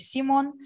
Simon